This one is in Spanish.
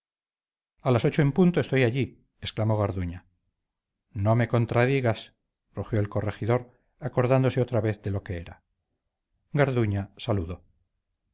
a las ocho en punto estoy allí exclamó garduña no me contradigas rugió el corregidor acordándose otra vez de que lo era garduña saludó